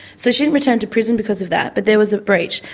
so she didn't return to prison because of that but there was a breach.